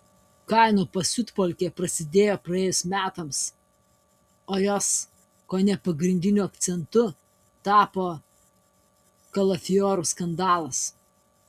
kainų pasiutpolkė prasidėjo praėjus metams o jos kone pagrindiniu akcentu tapo kalafiorų skandalas